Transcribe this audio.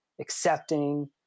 accepting